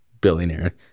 billionaire